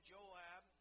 Joab